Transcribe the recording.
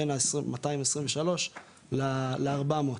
בין ה-223 ל-400.